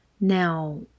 Now